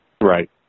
Right